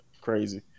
crazy